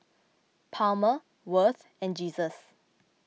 Palmer Worth and Jesus